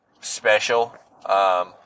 special